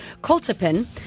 Koltepin